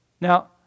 Now